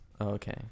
Okay